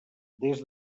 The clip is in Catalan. des